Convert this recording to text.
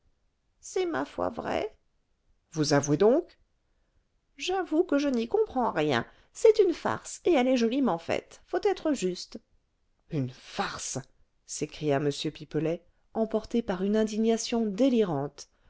c'est ma foi vrai vous avouez donc j'avoue que je n'y comprends rien c'est une farce et elle est joliment faite faut être juste une farce s'écria m pipelet emporté par une indignation délirante